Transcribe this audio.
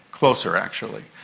closer actually.